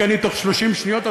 כי אני בתוך 30 שניות,